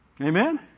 Amen